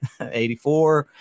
84